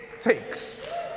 takes